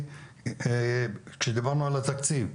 כאשר דיברנו על התקציב,